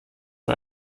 für